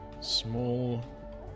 small